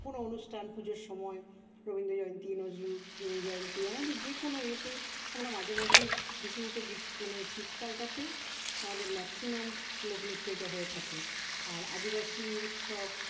কোনো অনুষ্ঠান পুজোর সময় রবীন্দ্রজয়ন্তী নজরুলজয়ন্তী আমাদের যে কোনো ইয়েতেই আমরা মাঝে মধ্যেই বিশেষত গ্রীষ্ম মানে শীতকালটাতে আমাদের ম্যাক্সিমাম লোকনৃত্য এটা হয়ে থাকে আর আদিবাসী উৎসব